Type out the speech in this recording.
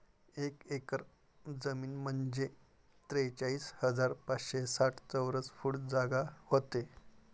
एक एकर जमीन म्हंजे त्रेचाळीस हजार पाचशे साठ चौरस फूट जागा व्हते